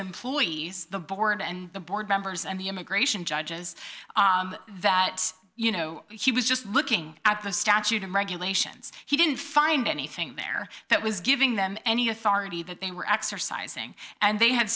employees the board and the board members and the immigration judges that you know he was just looking at the statute and regulations he didn't find anything there that was giving them any authority that they were exercising and they ha